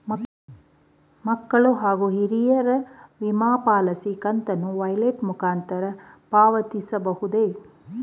ಮಕ್ಕಳ ಹಾಗೂ ಹಿರಿಯರ ವಿಮಾ ಪಾಲಿಸಿ ಕಂತನ್ನು ವ್ಯಾಲೆಟ್ ಮುಖಾಂತರ ಪಾವತಿಸಬಹುದೇ?